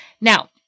Now